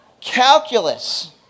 calculus